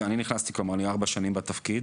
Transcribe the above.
אני ארבע שנים בתפקיד